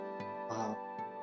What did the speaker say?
wow